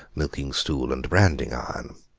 milking-stool, and branding-iron.